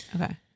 okay